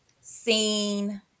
seen